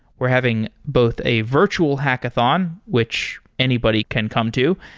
we're having both a virtual hackathon, which anybody can come to,